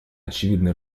очевидные